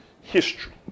History